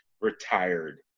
retired